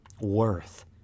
worth